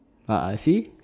ah ah see